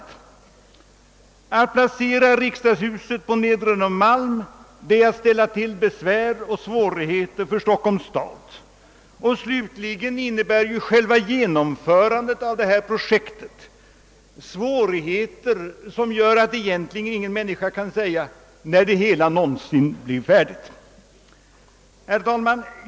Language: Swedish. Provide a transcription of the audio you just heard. Att placera riksdagshuset på Nedre Norrmalm, det är att ställa till besvärligheter för Stockholms stad. Slutligen innebär själva genomförandet av detta projekt svårigheter, som gör att egentligen ingen människa kan säga när det hela någonsin blir färdigt. Herr talman!